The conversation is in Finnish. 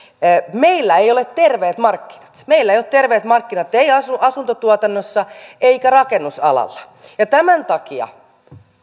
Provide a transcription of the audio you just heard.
meillä ei ole terveet markkinat meillä ei ole terveet markkinat asuntotuotannossa eikä rakennusalalla ja tämän takia